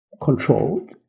controlled